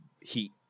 heat